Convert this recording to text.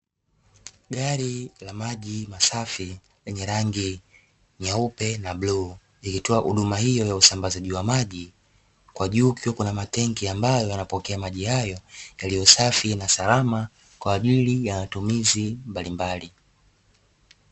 Gari la maji masafi lenye rangi nyeupe na bluu likitoa huduma hiyo ya usambazaji wa maji, kwa juu kukiwa na matenki ambayo yanapokea maji hayo yaliyo safi na salama kwa ajili ya matumizi mbalimbali.